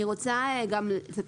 אני רוצה לתת,